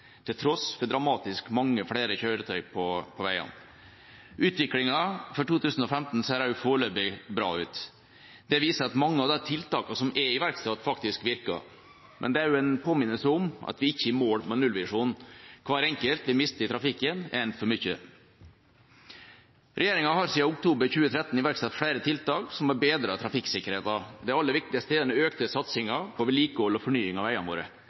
til tross for dramatisk mange flere kjøretøy på veiene. Utviklinga for 2015 ser foreløpig bra ut. Det viser at mange av de tiltakene som er iverksatt, faktisk virker, men det er en påminnelse om at vi ikke er i mål med nullvisjonen. Hver enkelt vi mister i trafikken, er en for mye. Regjeringa har siden oktober 2013 iverksatt flere tiltak som har bedret trafikksikkerheten. Det aller viktigste er den økte satsinga på vedlikehold og fornying av veiene våre.